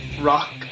rock